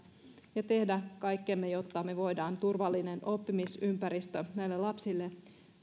ja tehdä kaikkemme jotta me voimme turvallisen oppimisympäristön näille lapsille